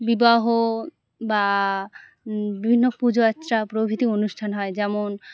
বিবাহ বা বিভিন্ন পুজো আচ্চা প্রভৃতি অনুষ্ঠান হয় যেমন